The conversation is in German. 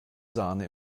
sahne